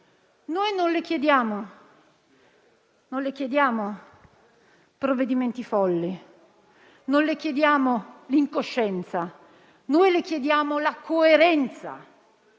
Non le chiediamo provvedimenti folli, non le chiediamo l'incoscienza; le chiediamo la coerenza.